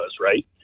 right